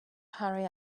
hurry